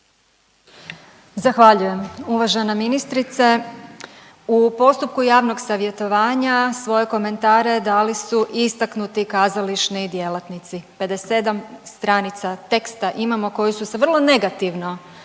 Zahvaljujem. Uvažena ministrice u postupku javnog savjetovanja svoje komentare dali su istaknuti kazališni djelatnici, 57 stranica teksta imamo koji su se vrlo negativno odrazili